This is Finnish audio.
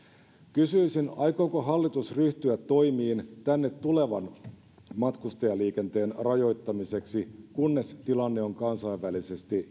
kysyisin aikooko hallitus ryhtyä toimiin tänne tulevan matkustajaliikenteen rajoittamiseksi kunnes tilanne on kansainvälisesti